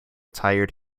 tired